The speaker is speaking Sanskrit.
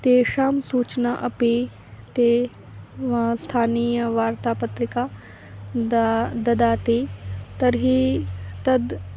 तेषां सूचना अपि ते व स्थानीय वार्ता पत्रिका द ददाति तर्हि तद्